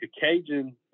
Cajun